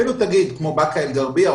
אפילו כמו באקה אל-גרבייה,